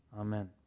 amen